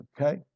Okay